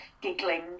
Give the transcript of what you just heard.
giggling